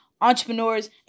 entrepreneurs